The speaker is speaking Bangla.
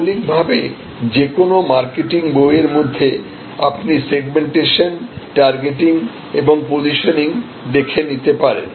মৌলিকভাবে যে কোনও মার্কেটিং বইয়ের মধ্যে আপনি সেগমেন্টেশন টার্গেটিং এবং পসিশনিং দেখে নিতে পারেন